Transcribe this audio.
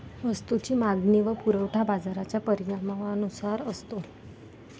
वस्तूची मागणी व पुरवठा बाजाराच्या परिणामानुसार असतो